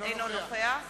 אינו נוכח